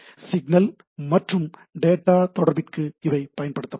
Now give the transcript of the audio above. signal மற்றும் data தொடர்பிற்கு இவை பயன்படுகின்றன